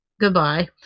goodbye